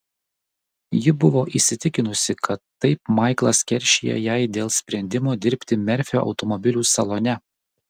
ji buvo įsitikinusi kad taip maiklas keršija jai dėl sprendimo dirbti merfio automobilių salone